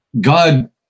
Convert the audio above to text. God